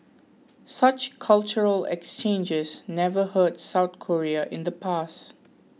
such cultural exchanges never hurt South Korea in the past